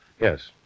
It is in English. Yes